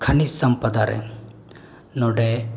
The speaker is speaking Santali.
ᱠᱷᱟᱱᱤᱡᱽ ᱥᱟᱢᱯᱚᱫᱽᱨᱮ ᱱᱚᱸᱰᱮ